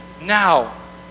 now